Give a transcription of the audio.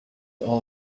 all